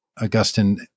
Augustine